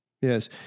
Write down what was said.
Yes